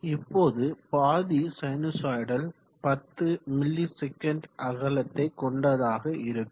இப்போது பாதி sinusoidal 10 ms அகலத்தை கொண்டதாக இருக்கும்